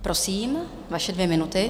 Prosím, vaše dvě minuty.